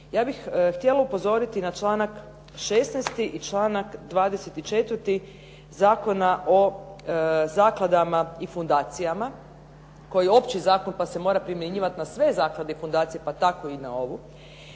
ja bih htjela upozoriti na članak 16. i članak 24. Zakona o zakladama i fundacijama koji je opći zakon pa se mora primjenjivat na sve zaklade i fundacij pa tako i na ovu,